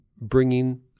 bringing